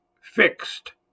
fixed